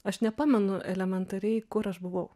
aš nepamenu elementariai kur aš buvau